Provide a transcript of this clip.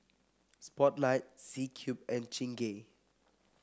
Spotlight C Cube and Chingay